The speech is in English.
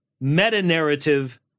meta-narrative